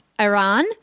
Iran